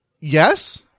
Yes